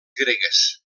gregues